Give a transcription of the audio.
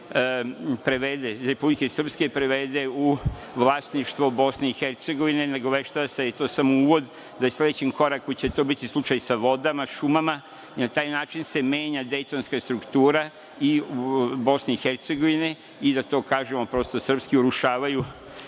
Republike Srpske prevede u vlasništvo Bosne i Hercegovine. Nagoveštava se da je to samo uvod, da će sledeći korak to biti sa vodama, šumama i na taj način se menja dejtonska struktura Bosne i Hercegovine i, da to kažemo prosto srpski, urušavaju